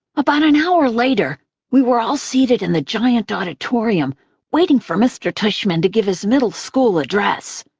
about an hour later we were all seated in the giant auditorium waiting for mr. tushman to give his middle-school address.